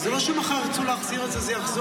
זה לא שמחר ירצו להחזיר את זה וזה יחזור,